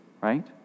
right